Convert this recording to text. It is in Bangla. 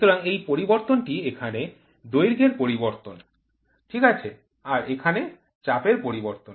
সুতরাং এই পরিবর্তনটি এখানে দৈর্ঘ্যের পরিবর্তন ঠিক আছে আর এখানে চাপে পরিবর্তন